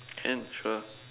can sure